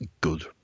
good